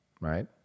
right